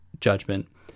judgment